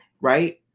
right